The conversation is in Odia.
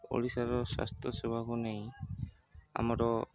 ଓଡ଼ିଶାର ସ୍ୱାସ୍ଥ୍ୟ ସେବାକୁ ନେଇ ଆମର